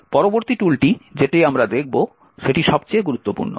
পরবর্তী টুলটি যেটি আমরা দেখব সেটি সবচেয়ে গুরুত্বপূর্ণ